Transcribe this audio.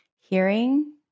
hearing